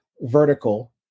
vertical